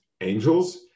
angels